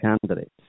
candidates